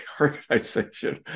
organization